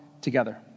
together